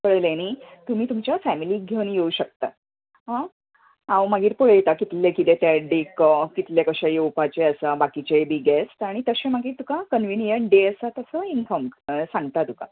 कळ्ळें नी तुमी तुमच्या फॅमिलीक घेवन येवंक शकता हां हांव मागीर पळयता कितलें कितें तें डेज कितलें कशें येवपाचे आसा बाकिचेय बी गॅस्ट आनी मागीर तशें तुका कनविनीयंट डे आसा तसो इनफॉर्म सांगता तुका